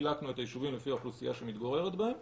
חילקנו את היישובים לפי האוכלוסייה שמתגוררת בהם